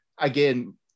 again